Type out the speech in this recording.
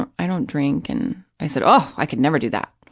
and i don't drink. and i said, oh, i could never do that.